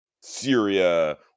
Syria